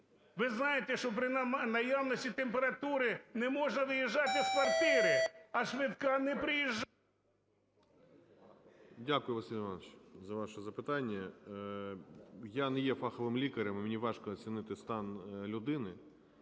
Ви знаєте, що при наявності температури не можна виїжджати з квартири, а швидка не приїжджає... 10:42:44 ГРОЙСМАН В.Б. Дякую, Василь Іванович, за ваше запитання. Я не є фаховим лікарем, мені важко оцінити стан людини,